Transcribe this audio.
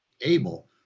able